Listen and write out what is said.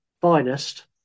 finest